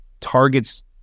targets